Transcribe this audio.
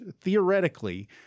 Theoretically